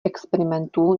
experimentů